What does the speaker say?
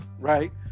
right